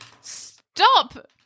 Stop